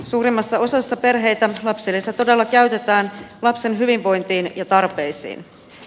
suurimmassa osassa perheitä lapsilisä todella käytetään lapsen hyvinvointiin ja tarpeisiin